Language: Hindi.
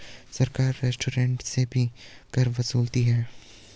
सरकार रेस्टोरेंट से भी कर वसूलती है